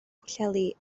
pwllheli